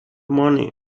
money